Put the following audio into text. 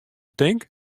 tink